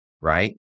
right